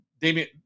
Damian